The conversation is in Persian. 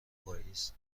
پاییز